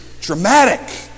Dramatic